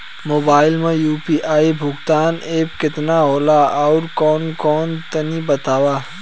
Mobile म UPI भुगतान app केतना होला आउरकौन कौन तनि बतावा?